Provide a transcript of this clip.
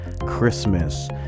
Christmas